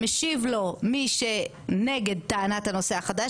משיב לו מי שנגד טענת הנושא החדש,